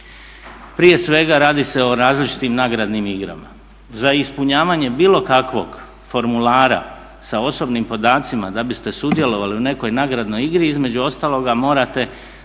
Prije svega radi se o različitim nagradnim igrama. Za ispunjavanje bilo kakvog formulara sa osobnim podacima da bi ste sudjelovali u nekoj nagradnoj igri između ostaloga morate